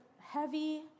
heavy